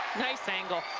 nice angle.